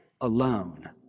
alone